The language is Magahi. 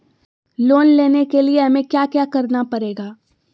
लोन लेने के लिए हमें क्या क्या करना पड़ेगा?